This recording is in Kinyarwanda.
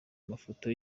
amafoto